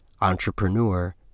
entrepreneur